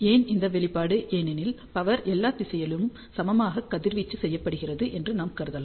ஏன் இந்த வெளிப்பாடு ஏனெனில் பவர் எல்லா திசையிலும் சமமாக கதிர்வீச்சு செய்யப்படுகிறது என நாம் கருதலாம்